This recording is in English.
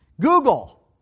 Google